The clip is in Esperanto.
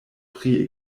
pri